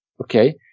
Okay